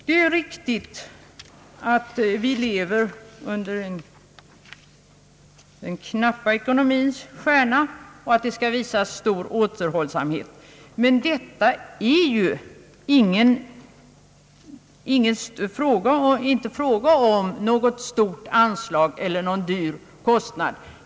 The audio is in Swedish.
Det är riktigt att vi lever under den knappa ekonomins stjärna och att det bör visas stor återhållsamhet, men i det här fallet är det ju inte fråga om något stort anslag.